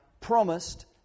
promised